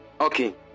okay